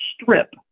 strip